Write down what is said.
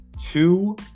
two